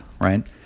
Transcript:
right